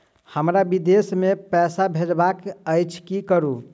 हमरा विदेश मे पैसा भेजबाक अछि की करू?